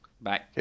Bye